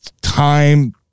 time